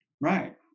Right